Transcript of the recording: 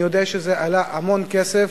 אני יודע שזה עלה המון כסף,